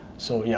so yeah,